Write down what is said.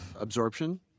absorption